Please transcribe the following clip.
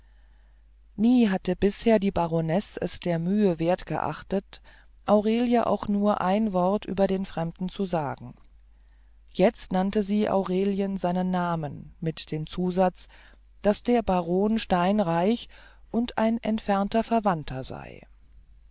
nie hatte bisher die baronesse es der mühe wert geachtet aurelien auch nur ein wort über den fremden zu sagen jetzt nannte sie aurelien seinen namen mit dem zusatz daß der baron steinreich und ein entfernter verwandter sei